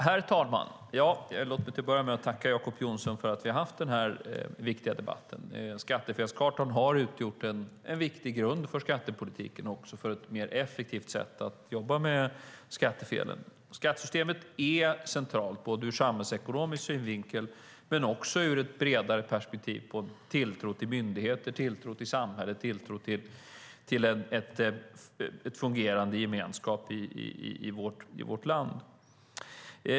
Herr talman! Låt mig till att börja med tacka Jacob Johnson för att vi har haft den här viktiga debatten. Skattefelskartan har utgjort en viktig grund för skattepolitiken och även för ett mer effektivt sätt att jobba med skattefelen. Skattesystemet är centralt inte bara ur samhällsekonomisk synvinkel utan också ur ett bredare perspektiv när det gäller tilltro till myndigheter, tilltro till samhället och tilltro till en fungerande gemenskap i vårt land.